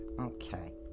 Okay